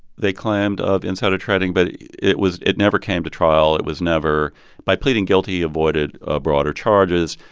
they claimed, of insider trading, but it it was it never came to trial. it was never by pleading guilty, he avoided ah broader charges,